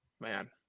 Man